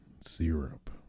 syrup